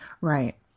Right